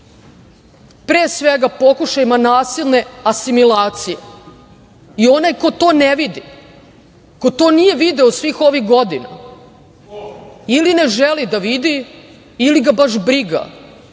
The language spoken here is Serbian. pre svega pokušajima nasilne asimilacije. Onaj ko to ne vidi, ko to nije video svih ovih godina ili ne želi da vidi ili ga baš briga